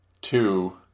two